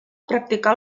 practicà